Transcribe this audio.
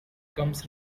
comes